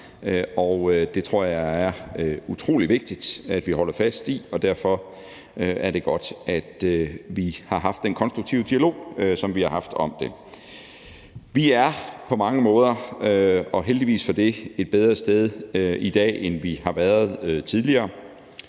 Det tror jeg er utrolig vigtigt vi holder fast i, og derfor er det godt, at vi har haft den konstruktive dialog, som vi har haft, om det. Vi er på mange måder og heldigvis for det et bedre sted i dag, end vi har været tidligere.